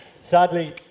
sadly